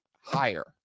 higher